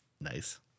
Nice